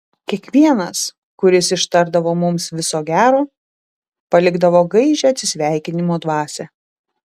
kiekvienas kuris ištardavo mums viso gero palikdavo gaižią atsisveikinimo dvasią